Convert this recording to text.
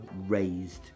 raised